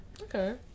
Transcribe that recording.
Okay